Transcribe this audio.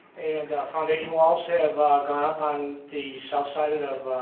and foundations walls have gone up on the south side and of